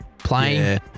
playing